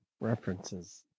References